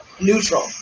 neutral